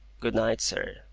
good-night, sir,